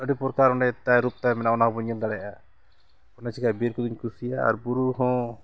ᱟᱹᱰᱤ ᱯᱨᱚᱠᱟᱨ ᱚᱸᱰᱮ ᱛᱟᱭ ᱨᱩᱯ ᱛᱟᱭ ᱢᱮᱱᱟᱜᱼᱟ ᱚᱱᱟ ᱦᱚᱸᱵᱚᱱ ᱧᱮᱞ ᱫᱟᱲᱮᱭᱟᱜᱼᱟ ᱚᱱᱟ ᱪᱤᱠᱟᱹ ᱵᱤᱨ ᱠᱚᱫᱚᱧ ᱠᱩᱥᱤᱭᱟᱜᱼᱟ ᱟᱨ ᱵᱩᱨᱩ ᱦᱚᱸ